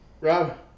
rob